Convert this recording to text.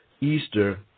Easter